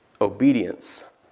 obedience